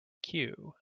queue